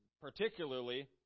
particularly